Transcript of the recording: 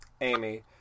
Amy